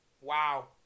Wow